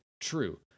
True